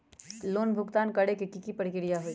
Loan भुगतान करे के की की प्रक्रिया होई?